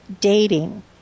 Dating